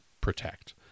protect